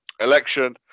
election